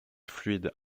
fluides